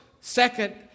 second